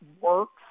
works